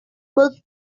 book